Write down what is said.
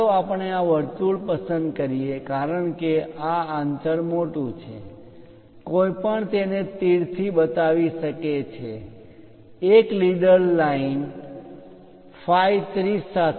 ચાલો આપણે આ વર્તુળ પસંદ કરીએ કારણ કે આ અંતર મોટું છે કોઈપણ તેને તીર થી બતાવી શકે છે એક લીડર લાઇન phi 30 સાથે